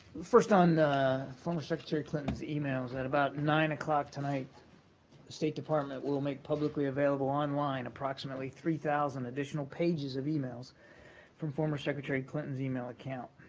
first, on former secretary clinton's emails. at about nine o'clock tonight, the state department will will make publicly available online approximately three thousand additional pages of emails from former secretary clinton's email account.